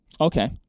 Okay